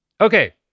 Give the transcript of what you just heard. okay